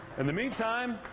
and the meantime,